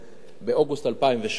באוגוסט 2008,